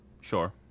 sure